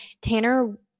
tanner